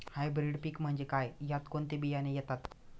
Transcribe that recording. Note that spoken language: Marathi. हायब्रीड पीक म्हणजे काय? यात कोणते बियाणे येतात?